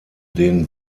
den